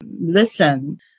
listen